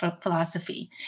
philosophy